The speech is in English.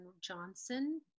Johnson